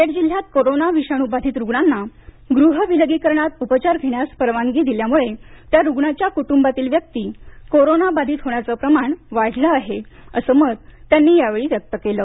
नांदेड जिल्ह्यात कोरोनाविषाणू बाधीत रुग्णांना गृहविलगीकरणात उपचार घेण्यास परवानगी दिल्यामुळे त्या रूग्णाच्या कुटुंबातील व्यक्ती कोरोना बाधीत होण्याचे प्रमाण वाढलं आहे असं मत त्यांनी यावेळी व्यक्त केलं